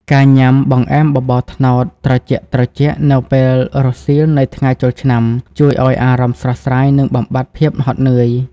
ការញ៉ាំ "បង្អែមបបរត្នោត" ត្រជាក់ៗនៅពេលរសៀលនៃថ្ងៃចូលឆ្នាំ ជួយឱ្យអារម្មណ៍ស្រស់ស្រាយ និងបំបាត់ភាពហត់នឿយ។